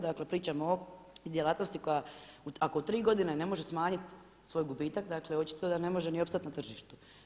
Dakle pričamo o djelatnosti koja ako u 3 godine ne može smanjiti svoj gubitak dakle očito da ne može ni opstat na tržištu.